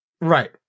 Right